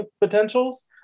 potentials